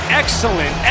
excellent